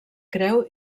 creu